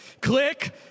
click